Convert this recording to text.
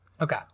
okay